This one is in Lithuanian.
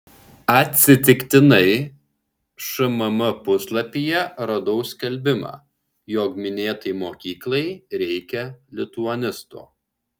atsitiktinai šmm puslapyje radau skelbimą jog minėtai mokyklai reikia lituanisto